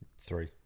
Three